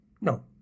No